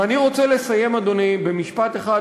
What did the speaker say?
ואני רוצה לסיים, אדוני, במשפט אחד.